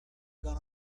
gun